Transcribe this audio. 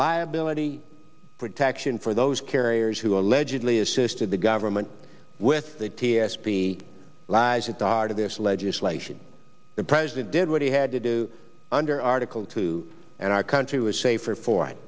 liability protection for those carriers who allegedly assisted the government with the t s p lies at the heart of this legislation the president did what he had to do under article two and our country was safer